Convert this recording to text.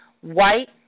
White